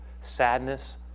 sadness